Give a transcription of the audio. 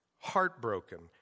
Heartbroken